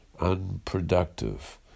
unproductive